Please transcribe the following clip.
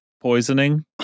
poisoning